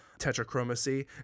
tetrachromacy